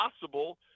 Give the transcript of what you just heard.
possible